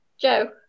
Joe